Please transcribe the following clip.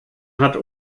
hat